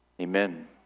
Amen